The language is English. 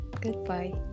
goodbye